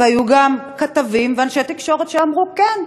והיו גם כתבים ואנשי תקשורת שאמרו: כן,